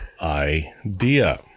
idea